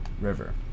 river